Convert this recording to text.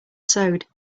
sewed